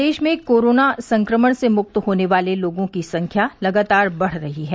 प्रदेश में कोरोना संक्रमण से मुक्त होने वाले लोगों की संख्या लगातार बढ़ रही है